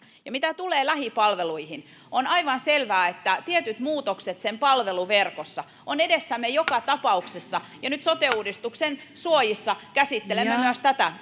ja mitä tulee lähipalveluihin on aivan selvää että tietyt muutokset sen palveluverkossa ovat edessämme joka tapauksessa ja nyt sote uudistuksen suojissa käsittelemme myös tätä